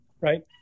right